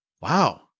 wow